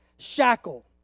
shackle